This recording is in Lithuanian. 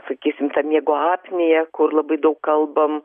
sakysim ta miego apnėja kur labai daug kalbam